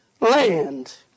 land